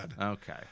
okay